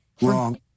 Wrong